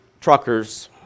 Trucker's